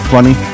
Funny